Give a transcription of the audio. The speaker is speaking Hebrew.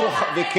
היית בממשלה הזו?